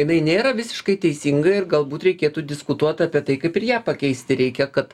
jinai nėra visiškai teisinga ir galbūt reikėtų diskutuot apie tai kaip ir ją pakeisti reikia kad